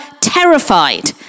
terrified